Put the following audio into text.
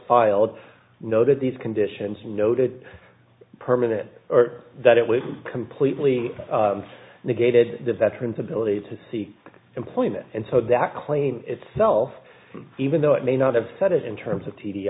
filed no that these conditions noted permanent that it was completely negated the veterans ability to seek employment and so that claim itself even though it may not have said it in terms of t